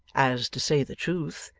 as, to say the truth,